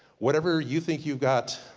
whatever you think you've got,